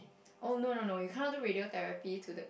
oh no no no you cannot do radiotherapy to the